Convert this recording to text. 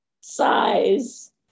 size